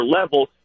level